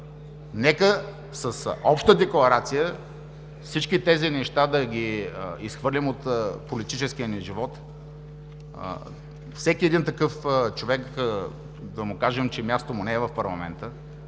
нека с обща декларация всички тези неща да ги изхвърлим от политическия ни живот. На всеки такъв човек да му кажем, че мястото му не е в парламента,